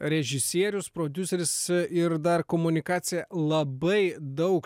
režisierius prodiuseris ir dar komunikacija labai daug